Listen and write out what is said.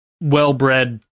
well-bred